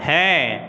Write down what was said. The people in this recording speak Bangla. হ্যাঁ